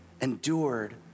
endured